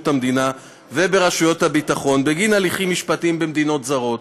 המדינה וברשויות הביטחון בגין הליכים משפטיים במדינות זרות,